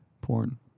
porn